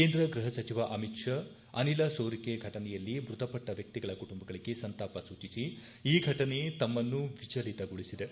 ಕೇಂದ್ರ ಗೃಹ ಸಚಿವ ಅಮಿತ್ ಶಾ ಅನಿಲ ಸೋರಿಕೆ ಘಟನೆಯಲ್ಲಿ ಮೃತಪಟ್ಟ ವ್ಯಕ್ತಿಗಳ ಕುಟುಂಬಗಳಿಗೆ ಸಂತಾಪ ಸೂಚಿಸಿ ಈ ಘಟನೆ ತಮ್ಮನ್ನು ವಿಚಲಿತಗೊಳಿಸಿದೆ